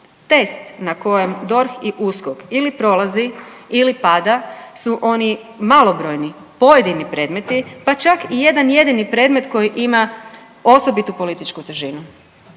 Test u kojem DORH ili USKOK ili prolazi ili pada su oni malobrojni pojedini predmeti, pa čak i jedan jedini predmet koji ima osobitu političku težinu.